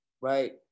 Right